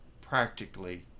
practically